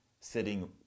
sitting